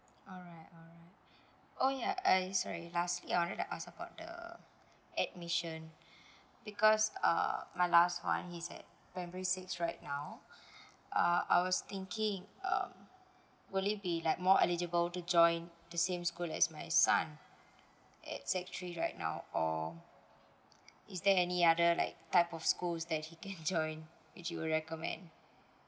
alright alright oh ya I sorry lastly I wanted to ask about the admission because uh my last one he is at primary six right now uh I was thinking um will it be like more eligible to join the same school like as my son at sec three right now or is there any other like type of schools that he can join which you would recommend